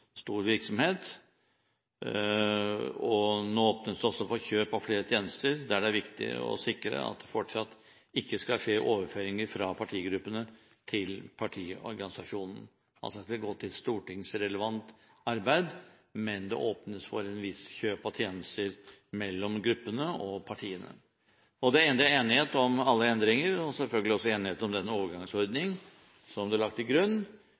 stor virksomhet. Nå åpnes det også for kjøp av flere tjenester, der det er viktig å sikre at det fortsatt ikke skal skje overføringer fra partigruppene til partiorganisasjonene. Det skal altså gå til stortingsrelevant arbeid, men det åpnes for et visst kjøp av tjenester mellom gruppene og partiene. Det er enighet om alle endringer og selvfølgelig også denne overgangsordningen, som blir lagt til grunn,